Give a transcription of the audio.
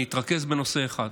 אני אתרכז בנושא אחד.